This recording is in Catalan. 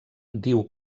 diu